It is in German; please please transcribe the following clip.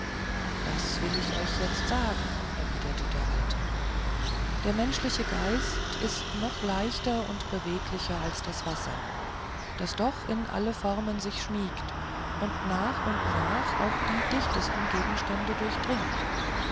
das will ich euch jetzt sagen erwiderte der alte der menschliche geist ist noch leichter und beweglicher als das wasser das doch in alle formen sich schmiegt und nach und nach auch die dichtesten gegenstände durchdringt